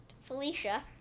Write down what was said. Felicia